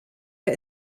der